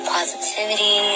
positivity